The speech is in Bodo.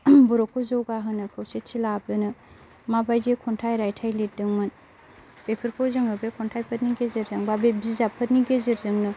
बर'खौ जौगाहोनो खौसेथि लाबोनो माबायदि खन्थाइ रायथाइ लिरदोंमोन बेफोरखौ जोङो बे खन्थाइफोरनि गेजेरजों बा बे बिजाबफोरनि गेजेरजोंनो